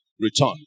return